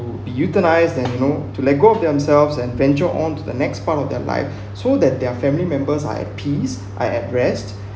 to be euthanized that you know to let go of themselves and venture on to the next part of their life so that their family members are at peace I address